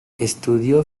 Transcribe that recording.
estudio